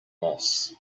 moss